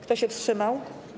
Kto się wstrzymał?